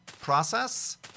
process